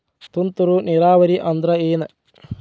ತುಂತುರು ನೇರಾವರಿ ಅಂದ್ರ ಏನ್?